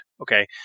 Okay